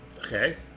Okay